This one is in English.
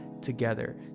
together